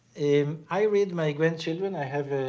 um i read my grandchildren i have